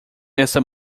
essa